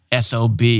SOB